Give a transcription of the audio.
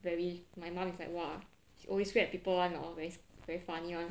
very my mum is like !wah! he always grab people hor very very funny [one]